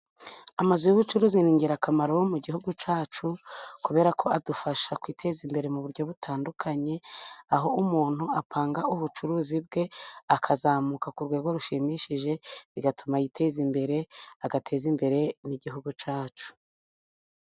Amazu y'ubucuruzi ni ingirakamaro mu gihugu cyacu kubera ko adufasha kwiteza imbere mu buryo butandukanye, aho umuntu apanga ubucuruzi bwe akazamuka ku rwego rushimishije, bigatuma yiteza imbere agateza imbere n'igihugu cyacu.